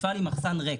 מפעל עם מחסן ריק.